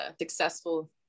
successful